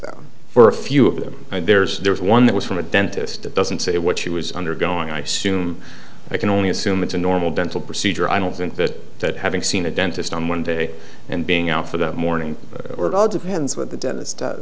for a few of them and there's there's one that was from a dentist that doesn't say what she was undergoing i soon i can only assume it's a normal dental procedure i don't think that that having seen a dentist on one day and being out for the morning or it all depends what the dentist